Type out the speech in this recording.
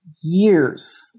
years